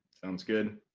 sounds good.